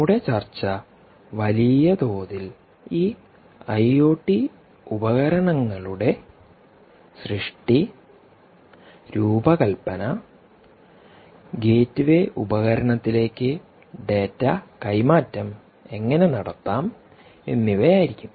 നമ്മുടെ ചർച്ച വലിയ തോതിൽ ഈ ഐഒടിഉപകരണങ്ങളുടെ സൃഷ്ടി രൂപകൽപ്പന ഗേറ്റ്വേ ഉപകരണത്തിലേക്ക് ഡാറ്റ കൈമാറ്റം എങ്ങനെ നടത്താം എന്നിവ ആയിരിക്കും